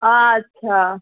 আচ্ছা